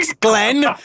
Glenn